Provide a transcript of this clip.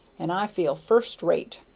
and i feel first-rate.